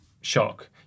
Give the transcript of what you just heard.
shock